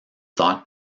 thought